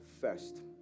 first